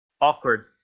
awkward